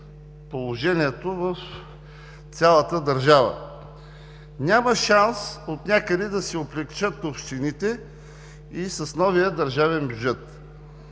положението в цялата държава. Няма шанс отнякъде да се облекчат общините и с новия държавен бюджет.